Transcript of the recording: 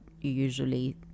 Usually